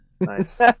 Nice